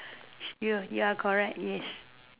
you ya correct yes